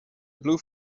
blue